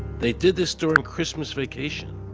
they did this during christmas vacation,